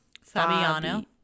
Fabiano